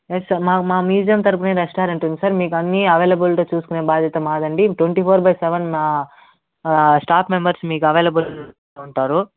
yes sir మా మా museum తరుపునే రెస్టారెంట్ ఉంది సార్ మీకు అన్నీ అవైలబిలిటి చూసుకునే భాద్యత మాదండి ట్వంటీ ఫోర్ బై సెవన్ మా స్టాఫ్ మెంబర్స్ మీకు అవైలబుల్గా ఉంటారు